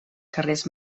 carrers